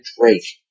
Drake